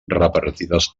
repartides